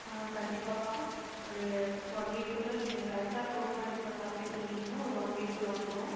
ஆ கண்டிப்பாப்பா ஒரு ஒன் வீக்குள்ளே நீங்கள் கரெக்டாக ப்ரூஃப்லாம் எடுத்துகிட்டு வந்து அப்ளை பண்ணிட்டிங்கன்னா ஒரு ஒன் வீக்குள்ளே வந்துரும்